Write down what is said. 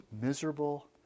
miserable